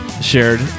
shared